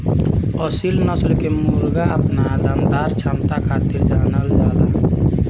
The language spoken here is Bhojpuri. असील नस्ल के मुर्गा अपना दमदार क्षमता खातिर जानल जाला